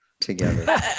together